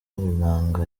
nanga